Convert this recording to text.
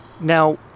Now